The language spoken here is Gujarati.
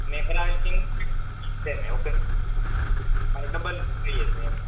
મેં કરાવેલી છે એ સિંગલ સીટ છે મેં ઓકે મારે ડબલ જોઈએ છે એમ